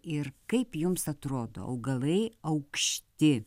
ir kaip jums atrodo augalai aukšti